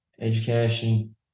education